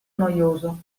noioso